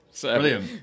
Brilliant